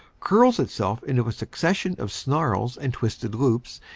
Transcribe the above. curls itself into a succession of snarls and twisted loops,